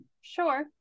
sure